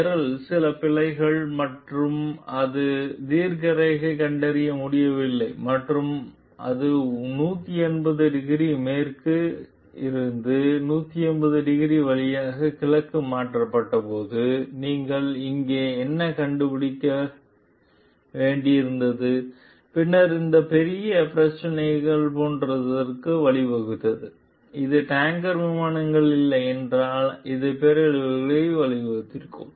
நிரல் சில பிழைகள் மற்றும் அது தீர்க்கரேகை கண்டறிய முடியவில்லை மற்றும் அது 180 டிகிரி மேற்கு இருந்து 180 டிகிரி வழி கிழக்கு மாற்றப்பட்டது போது நீங்கள் இங்கே என்ன கண்டுபிடிக்க பின்னர் இந்த பெரிய பிரச்சினைகள் போன்ற வழிவகுத்தது அது டேங்கர் விமானங்கள் இல்லை என்றால் அது பேரழிவிற்கு வழிவகுத்தது